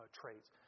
traits